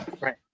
Right